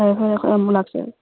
ꯐꯔꯦ ꯐꯔꯦ ꯑꯩꯈꯣꯏ ꯑꯃꯨꯛ ꯂꯥꯛꯆꯔꯒꯦ